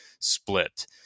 split